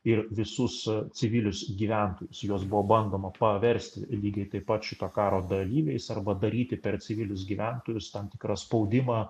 ir visus civilius gyventojus juos buvo bandoma paversti lygiai taip pat šito karo dalyviais arba daryti per civilius gyventojus tam tikrą spaudimą